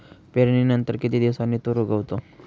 पेरणीनंतर किती दिवसांनी तूर उगवतो?